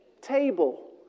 table